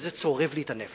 וזה צורב לי את הנפש,